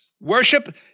Worship